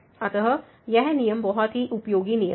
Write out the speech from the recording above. अतः यह नियम बहुत ही उपयोगी नियम है